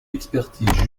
expertise